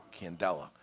Candela